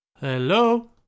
Hello